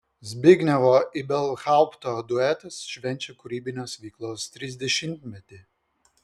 zbignevo ibelhaupto duetas švenčia kūrybinės veiklos trisdešimtmetį